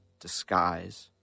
disguise